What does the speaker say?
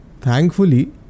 Thankfully